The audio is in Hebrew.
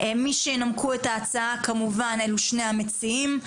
מי שינמקו את ההצעה כמובן אלו שני המציעים.